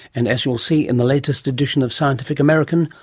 and, as you'll see in the latest edition of scientific american,